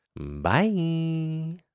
Bye